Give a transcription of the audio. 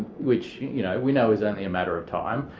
which you know we know is only a matter of time.